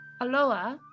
aloha